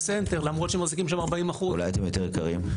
סנטר למרות שהם מחזיקים שם 40%. אולי אתם יותר יקרים?